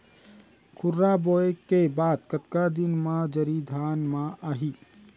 खुर्रा बोए के बाद कतका दिन म जरी धान म आही?